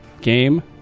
game